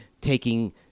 taking